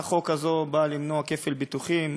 הצעת החוק הזו באה למנוע כפל ביטוחים.